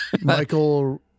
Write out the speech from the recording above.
Michael